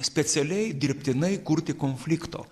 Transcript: specialiai dirbtinai kurti konflikto